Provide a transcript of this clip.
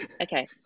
okay